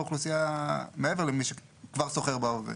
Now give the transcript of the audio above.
אוכלוסייה מעבר למי שכבר שוכרים בהווה?